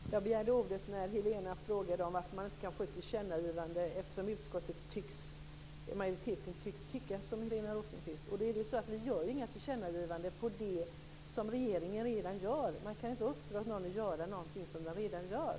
Fru talman! Jag begärde ordet när Helena frågade varför vi inte kan göra ett tillkännagivande, eftersom utskottsmajoriteten tycks tycka som Helena Hillar Rosenqvist. Det är så att vi göra inga tillkännagivanden om det som regeringen redan gör. Det går inte att uppdra åt någon att göra någonting som man redan gör.